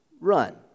Run